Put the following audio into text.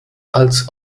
als